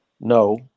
No